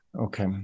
okay